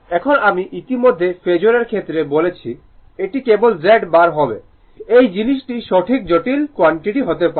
এখন আমি ইতিমধ্যে ফেজোরের ক্ষেত্রে বলেছি এটি কেবল Z বার হবে এই জিনিসটি সঠিক জটিল কোয়ান্টিটি হতে পারে